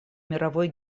мировой